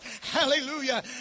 Hallelujah